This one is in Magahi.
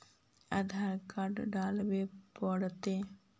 आधार कार्ड लाबे पड़तै?